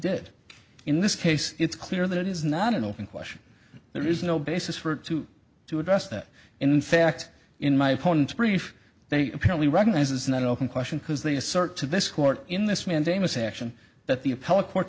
did in this case it's clear that it is not an open question there is no basis for it to to address that in fact in my opponent's brief they apparently recognize it's not open question because they assert to this court in this mandamus action that the